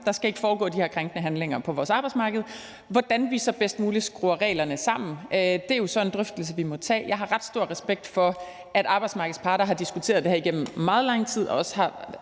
Der skal ikke foregå de her krænkende handlinger på vores arbejdsmarked. Hvordan vi så bedst muligt skruer reglerne sammen, er jo så en drøftelse, vi må tage. Jeg har ret stor respekt for, at arbejdsmarkedets parter har diskuteret det her igennem meget lang tid og også har